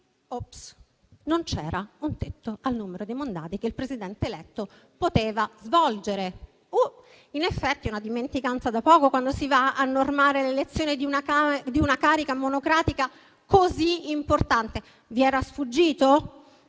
non c'era un tetto al numero dei mandati che il Presidente eletto poteva svolgere. In effetti è una dimenticanza da poco quando si va a normare l'elezione di una carica monocratica così importante. Vi era sfuggito?